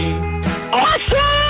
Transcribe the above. Awesome